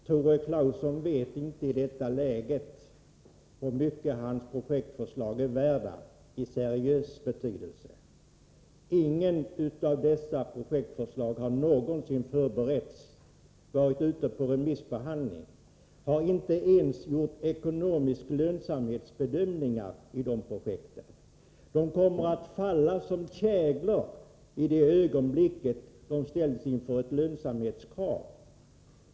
Herr talman! Tore Claeson vet inte i detta läge hur mycket hans projektförslag är värda i seriös mening. Inget av dessa projektförslag har någonsin förberetts eller varit ute på remissbehandling. Det har inte ens gjorts ekonomiska lönsamhetsbedömningar av projekten. De kommer att falla som käglor i det ögonblick de ställs inför ett lönsamhetskrav.